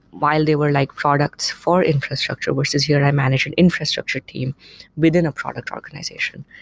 while they were like products for infrastructure, versus here, i manage an infrastructure team within a product organization.